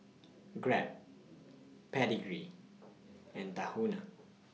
Grab Pedigree and Tahuna